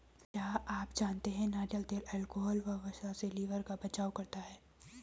क्या आप जानते है नारियल तेल अल्कोहल व वसा से लिवर का बचाव करता है?